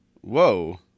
Whoa